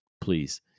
Please